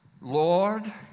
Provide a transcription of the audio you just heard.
Lord